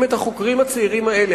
אם את החוקרים הצעירים האלה,